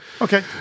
okay